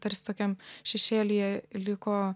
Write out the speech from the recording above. tarsi tokiam šešėlyje liko